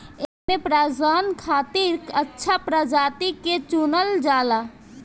एमे प्रजनन खातिर अच्छा प्रजाति के चुनल जाला